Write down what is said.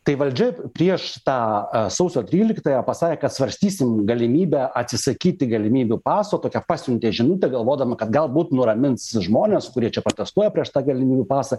kai valdžia prieš tą sausio tryliktąją pasakė kad svarstysim galimybę atsisakyti galimybių paso tokią pasiuntė žinutę galvodama kad galbūt nuramins žmones kurie čia protestuoja prieš tą galimybių pasą